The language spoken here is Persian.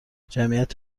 جمعیت